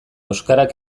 euskarak